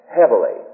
heavily